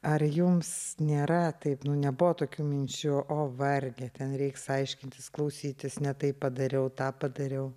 ar jums nėra taip nu nebuvo tokių minčių o varge ten reiks aiškintis klausytis ne taip padariau tą padariau